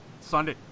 Sunday